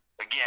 again